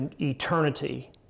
eternity